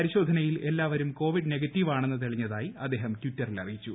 പരിശോധനയിൽ എല്ലാവരും COVID negative ആണെന്ന് തെളിഞ്ഞതായി അദ്ദേഹം ട്വിറ്ററിൽ അറിയിച്ചു